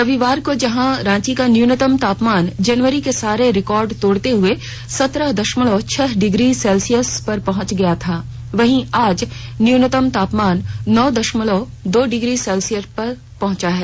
रविवार को जहां रांची का न्यूनतम तापमान जनवरी के सारे रिकॉर्ड को तोड़ते हुए सत्रह दशमलव छह डिग्री सेल्सियस पर पहुंच गया था वहीं आज न्यूनतम तापमान नौ दशमलव दो डिग्री सेल्सियस पर पहुंच गया है